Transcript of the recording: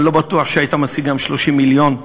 אני לא בטוח שהיית משיג גם 30 מיליון,